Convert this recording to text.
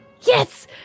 Yes